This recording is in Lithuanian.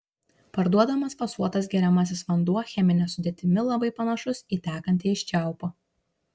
parduodamas fasuotas geriamasis vanduo chemine sudėtimi labai panašus į tekantį iš čiaupo